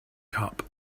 cup